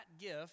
gift